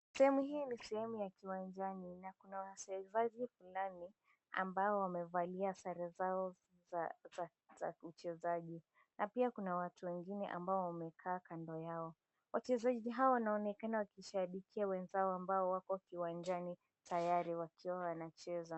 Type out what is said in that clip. Sehemu hii ni sehemu ya kiwanjani na kuna wachezaji ndani ambao wamevalia sare zao za uchezaji na pia kuna watu wengine ambao wamekaa kando yao. Wachezaji hawa wanaonekana wakishabikia wenzao ambao wapo kiwanjani tayari wakiwa wanacheza.